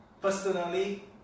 personally